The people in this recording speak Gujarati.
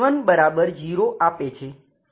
એટ્લે કે Yy0થાય છે